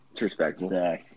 Respectful